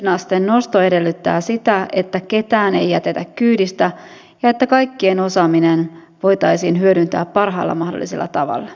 työllisyysasteen nosto edellyttää sitä että ketään ei jätetä kyydistä ja että kaikkien osaaminen voitaisiin hyödyntää parhaalla mahdollisella tavalla